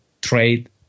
trade